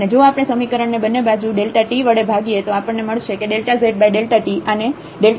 અને જો આપણે સમીકરણ ને બંને બાજુ Δt વડે ભાગીએ તો આપણને મળશે કે zt આને આ xt